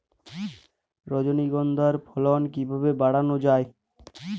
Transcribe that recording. রজনীগন্ধা ফলন কিভাবে বাড়ানো যায়?